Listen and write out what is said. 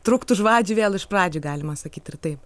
trukt už vadžių vėl iš pradžių galima sakyt ir taip